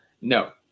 No